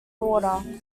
water